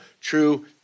true